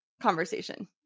conversation